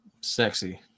Sexy